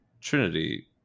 Trinity